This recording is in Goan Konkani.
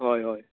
हय हय